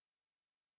thirty